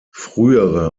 frühere